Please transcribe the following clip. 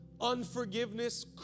unforgiveness